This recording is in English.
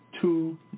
Two